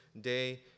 day